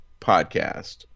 podcast